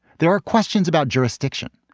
there are questions about jurisdiction,